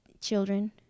children